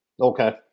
Okay